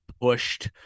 pushed